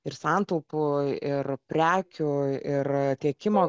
ir santaupų ir prekių ir tiekimo